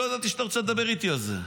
לא ידעתי שאתה רוצה לדבר איתי על זה.